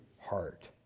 heart